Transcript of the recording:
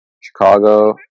Chicago